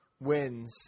wins